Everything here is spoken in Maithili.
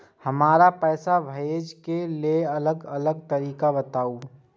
हमरा पैसा भेजै के लेल अलग अलग तरीका बताबु?